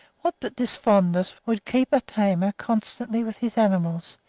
what but this fondness would keep a tamer constantly with his animals,